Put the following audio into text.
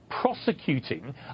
prosecuting